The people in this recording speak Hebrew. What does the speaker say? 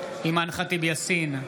אימאן ח'טיב יאסין,